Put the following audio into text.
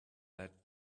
that